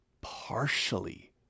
partially